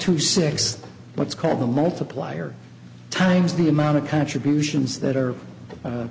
two six what's called the multiplier times the amount of contributions that are